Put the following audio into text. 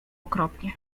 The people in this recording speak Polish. okropnie